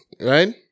right